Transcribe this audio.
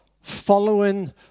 following